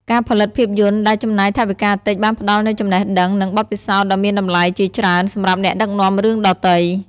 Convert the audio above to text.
ការផលិតភាពយន្តដែលចំណាយថវិកាតិចបានផ្ដល់នូវចំណេះដឹង និងបទពិសោធន៍ដ៏មានតម្លៃជាច្រើនសម្រាប់អ្នកដឹកនាំរឿងដទៃ។